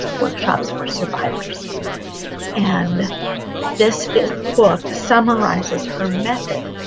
workshops for survivors and this is book summarized as her method,